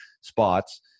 spots